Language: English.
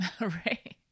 Right